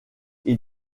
elle